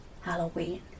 Halloween